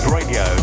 Radio